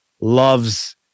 loves